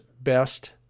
best